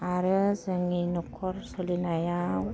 आरो जोंनि नखर सोलिनायाव